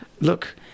look